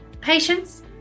patience